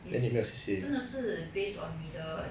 it's 真的是 based on 你的